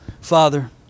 father